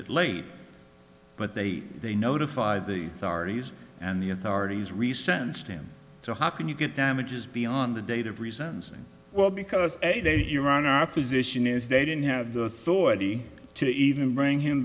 it late but they they notify the authorities and the authorities re sense him so how can you get damages beyond the date of reasons well because you're on our position is they didn't have the authority to even bring him